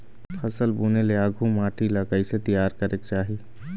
फसल बुने ले आघु माटी ला कइसे तियार करेक चाही?